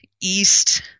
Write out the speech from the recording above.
east